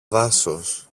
δάσος